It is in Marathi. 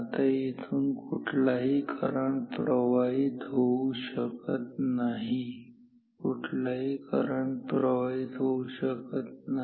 आता येथुन कुठलाही करंट प्रवाहित होऊ शकत नाही कुठलाही करंट प्रवाहित होऊ शकत नाही